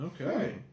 okay